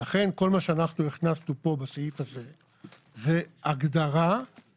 ולכן כל מה שאנחנו הכנסנו פה זה הגדרה שיכולה